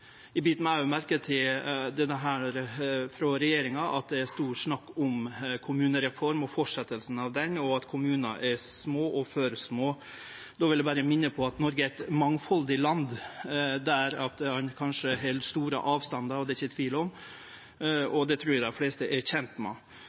Eg bit meg òg merke i at det frå regjeringas side er mykje snakk om kommunereforma og fortsetjinga av ho, og at kommunar er små og for små. Då vil eg berre minne om at Noreg er eit mangfaldig land med store avstandar – det er det ikkje tvil om